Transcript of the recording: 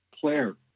Claire